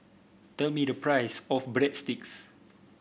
tell me the price of Breadsticks